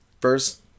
first